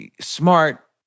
smart